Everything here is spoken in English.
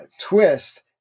twist